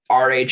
rh